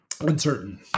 uncertain